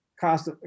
Cost